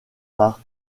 par